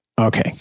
Okay